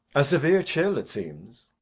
a severe chill, it seems.